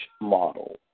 model